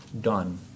done